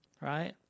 right